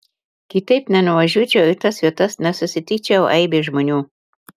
kitaip nenuvažiuočiau į tas vietas nesusitikčiau aibės žmonių